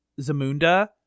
zamunda